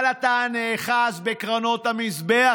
אבל אתה נאחז בקרנות המזבח,